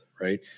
right